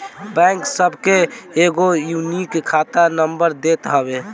bank सबके एगो unique खाता नंबर देत हवे